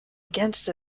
against